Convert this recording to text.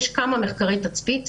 יש כמה מחקרי תצפית,